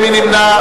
מי נגד?